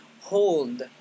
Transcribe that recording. hold